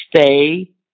Stay